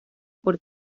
por